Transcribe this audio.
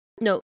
No